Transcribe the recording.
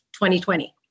2020